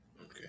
Okay